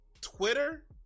Twitter